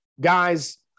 guys